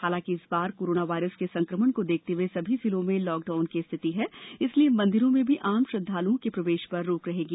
हालांकि इस बार करोना वायरस के संकमण को देखते हुए सभी जिलों में लॉकडाउन की स्थिति है इसलिए मंदिरों में भी आम श्रद्दालुओं के प्रवेश पर रोक रहेगी